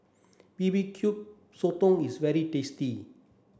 B B Q Sotong is very tasty